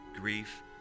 grief